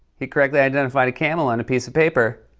he correctly identified a camel on a piece of paper.